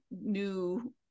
new